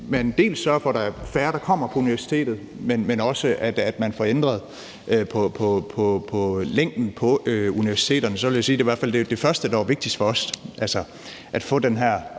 dels sørger for, at der er færre, der kommer på universitetet, men også, at man får ændret på længden på universitetsuddannelserne, vil jeg sige, at det i hvert fald var det første, der var vigtigst for os, altså at få den her